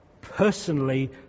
personally